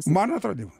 mano atradima